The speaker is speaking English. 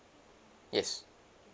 yes